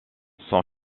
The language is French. son